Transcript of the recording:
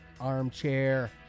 armchair